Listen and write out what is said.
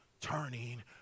turning